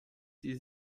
sie